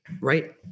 right